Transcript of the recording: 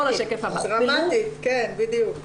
דרמטית, בדיוק.